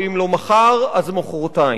ואם לא מחר אז מחרתיים,